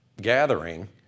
gathering